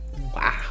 Wow